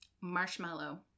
marshmallow